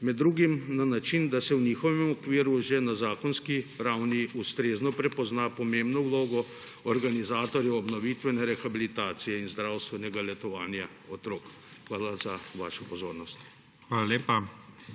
med drugim na način, da se v njihovem okviru že na zakonski ravni ustrezno prepozna pomembno vlogo organizatorjev obnovitvene rehabilitacije in zdravstvenega letovanja otrok. Hvala za vašo pozornost.